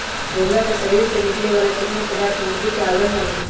घोंघा के शरीर से निकले वाला चिकना पदार्थ मोती के आवरण बना हई